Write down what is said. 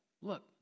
look